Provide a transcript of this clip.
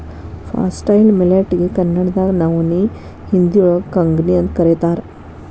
foxtail millet ಗೆ ಕನ್ನಡದಾಗ ನವನಿ, ಹಿಂದಿಯೋಳಗ ಕಂಗ್ನಿಅಂತ ಕರೇತಾರ